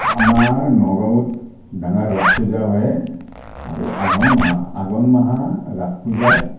আমাৰ নগাঁৱত ডাঙৰ ৰাস পূজা হয় আৰু আঘোণ মাহ আঘোণ মাহৰ ৰাস পূজাৰ